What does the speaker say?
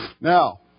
Now